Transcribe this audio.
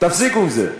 תפסיקו עם זה.